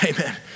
Amen